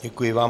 Děkuji vám.